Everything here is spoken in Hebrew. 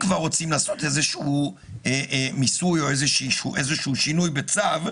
אם כבר רוצים לעשות איזשהו מיסוי או איזשהו שינוי בצו,